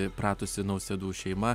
įpratusi nausėdų šeima